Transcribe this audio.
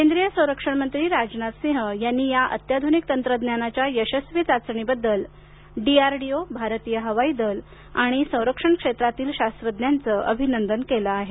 केंद्रीय संरक्षण मंत्री राजनाथ सिंह यांनी या अत्याधुनिक तंत्रज्ञानाच्या यशस्वी चाचणी बद्दल डीआरडिओ भारतीय हवाई दल आणि संरक्षण क्षेत्रातील शास्त्रज्ञांचं अभिनंदन केलं आहे